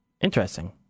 interesting